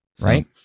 right